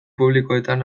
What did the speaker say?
publikoetan